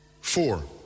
Four